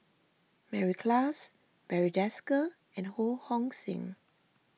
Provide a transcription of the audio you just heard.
Mary Klass Barry Desker and Ho Hong Sing